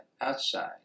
outside